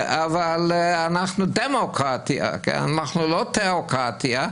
אבל אנחנו דמוקרטיה, אנחנו לא תיאוקרטיה.